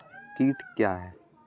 कीट क्या है?